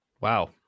Wow